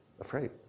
afraid